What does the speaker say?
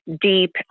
deep